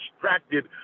distracted